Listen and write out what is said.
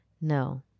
No